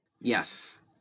Yes